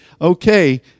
okay